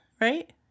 right